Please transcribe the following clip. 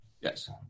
Yes